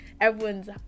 everyone's